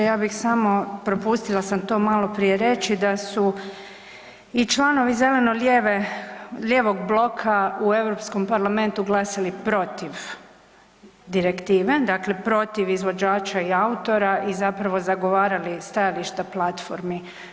Ja bih samo propustila sam to malo prije reći da su i članovi Zeleno lijevog bloka u Europskom parlamentu glasali protiv direktive dakle protiv izvođača i autora i zapravo zagovarali stajališta platformi.